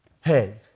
Hey